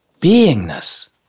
beingness